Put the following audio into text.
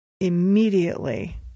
immediately